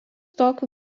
tokiu